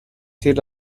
till